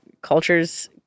cultures